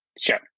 Sure